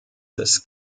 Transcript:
des